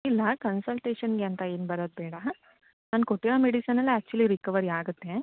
ಇಲ್ಲ ಕನ್ಸಲ್ಟೇಶನ್ಗೆ ಅಂತ ಏನು ಬರೋದು ಬೇಡ ನಾನು ಕೊಟ್ಟಿರೊ ಮೆಡಿಸನಲ್ಲೇ ಆ್ಯಕ್ಚುಲಿ ರಿಕವರಿ ಆಗುತ್ತೆ